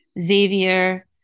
Xavier